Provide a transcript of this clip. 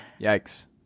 yikes